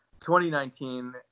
2019